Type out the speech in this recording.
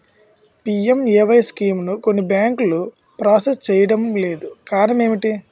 PMAY స్కీమును కొన్ని బ్యాంకులు ప్రాసెస్ చేయడం లేదు కారణం ఏమిటి?